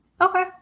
okay